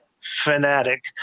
fanatic